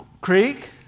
creek